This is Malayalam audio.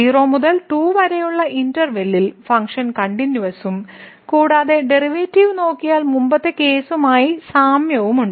0 മുതൽ 2 വരെയുള്ള ഇന്റെർവെല്ലിൽ ഫങ്ക്ഷൻ കണ്ടിന്യൂവസും കൂടാതെ ഡെറിവേറ്റീവ് നോക്കിയാൽ മുമ്പത്തെ കേസുമായി സാമ്യമുണ്ട്